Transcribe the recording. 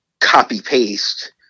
copy-paste